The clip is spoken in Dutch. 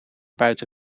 buiten